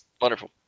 Wonderful